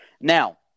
now –